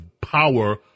power